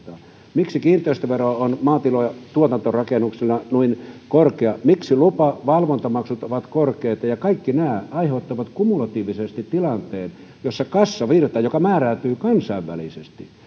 miksi kiinteistövero on maatilojen tuotantorakennuksilla noin korkea miksi lupa ja valvontamaksut ovat korkeita kaikki nämä aiheuttavat kumulatiivisesti tilanteen jossa kassavirta joka määräytyy kansainvälisesti